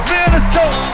Minnesota